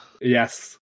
Yes